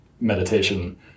meditation